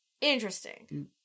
interesting